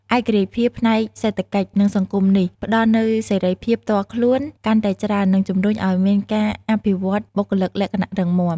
ឯករាជ្យភាពផ្នែកសេដ្ឋកិច្ច និងសង្គមនេះ ផ្ដល់នូវសេរីភាពផ្ទាល់ខ្លួនកាន់តែច្រើន និងជំរុញឱ្យមានការអភិវឌ្ឍបុគ្គលិកលក្ខណៈរឹងមាំ។